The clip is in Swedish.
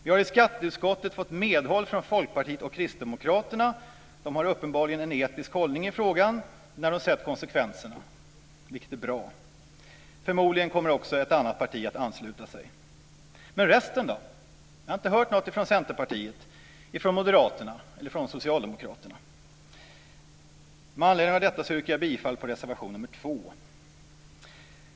Vi har i skatteutskottet fått medhåll från Folkpartiet och Kristdemokraterna. De har uppenbarligen en etisk hållning i frågan när de sett konsekvenserna, vilket är bra. Förmodligen kommer också ett annat parti att ansluta sig. Men resten? Jag har inte hört någonting från Centerpartiet, Moderaterna eller Socialdemokraterna. Med anledning av detta yrkar jag bifall till reservation 2.